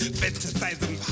fantasizing